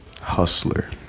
Hustler